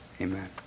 Amen